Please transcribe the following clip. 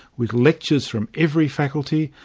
with lectures from every faculty,